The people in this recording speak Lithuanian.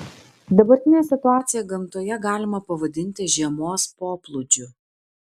dabartinę situaciją gamtoje galima pavadinti žiemos poplūdžiu